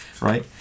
right